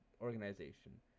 organization